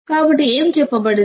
కాబట్టి ఏమి చెప్పబడింది